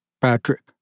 Patrick